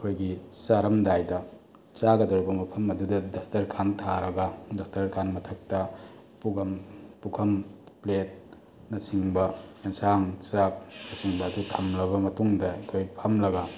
ꯑꯩꯈꯣꯏꯒꯤ ꯆꯥꯔꯝꯗꯥꯏꯗ ꯆꯥꯒꯗꯧꯔꯤꯕ ꯃꯐꯝ ꯑꯗꯨꯗ ꯗꯁꯇꯔ ꯈꯥꯟ ꯊꯥꯔꯒ ꯗꯁꯇꯔ ꯈꯥꯟ ꯃꯊꯛꯇ ꯄꯨꯈꯝ ꯄ꯭ꯂꯦꯠꯅ ꯆꯤꯡꯕ ꯌꯦꯟꯁꯥꯡ ꯆꯥꯛ ꯅ ꯆꯤꯡꯕ ꯑꯗꯨ ꯊꯝꯂꯕ ꯃꯇꯨꯡꯗ ꯑꯩꯈꯣꯏ ꯐꯝꯂꯒ